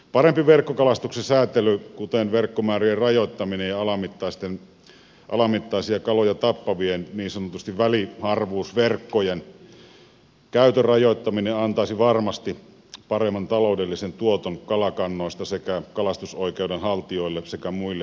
parempi verkkokalastuksen sääntely kuten verkkomäärien rajoittaminen ja alamittaisia kaloja tappavien niin sanottujen väliharvuusverkkojen käytön rajoittaminen antaisi varmasti paremman taloudellisen tuoton kalakannoista sekä kalastusoikeuden haltijoille että muille kalastajille